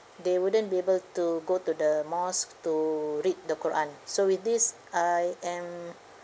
they wouldn't be able to go to the mosque to read the quran so with this I am